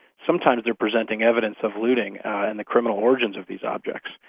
sometimes they are presenting evidence of looting and the criminal origins of these objects.